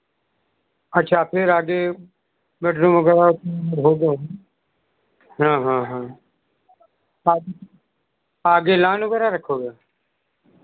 अच्छा फिर आगे बेडरूम वगैरह होगा हाँ हाँ हाँ आगे आगे लॉन वगैरह रखोगे